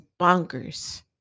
bonkers